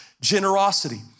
generosity